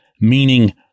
meaning